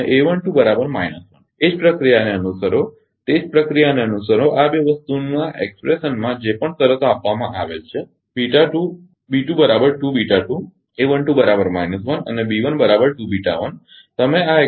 એ જ પ્રક્રિયાને અનુસરો તે જ પ્રક્રિયાને અનુસરો આ બે વસ્તુની અભિવ્યક્તિમાં જે પણ શરતો આપવામાં આવેલ છે અને તમે આ અભિવ્યક્તિમાં મૂકો